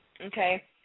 okay